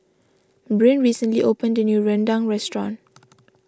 Bryn recently opened a new rendang restaurant